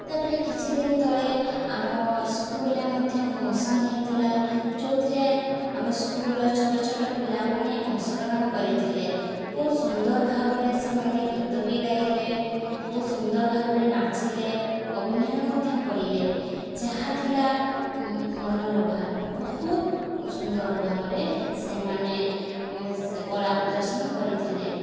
ତା'ପରେ କିଛି ଦିନ ତଳେ ଆମ ସ୍କୁଲ୍ରେ ମଧ୍ୟ ଫଙ୍କ୍ଶନ୍ ହୋଇଥିଲା ଯେଉଁଥିରେ ଆମ ସ୍କୁଲ୍ର ଛୋଟ ଛୋଟ ପିଲାମାନେ ଅଂଶଗ୍ରହଣ କରିଥିଲେ ବହୁତ ସୁନ୍ଦର ଭାବରେ ସେମାନେ ଗୀତ ବି ଗାଇଲେ ବହୁତ ସୁନ୍ଦର ଭାବରେ ନାଚିଲେ ଅଭିନୟ ମଧ୍ୟ କଲେ ଯାହା ଥିଲା ମନଲୋଭା ବହୁତ ସୁନ୍ଦର ଭାବରେ ସେମାନେ କଳା ପ୍ରଦର୍ଶନ କରିଥିଲେ